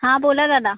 हां बोला दादा